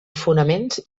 fonaments